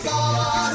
God